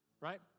right